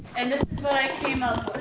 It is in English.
and this is what i came up